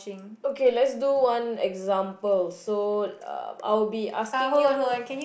okay let's do one example so I'll be asking you